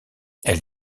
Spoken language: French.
elle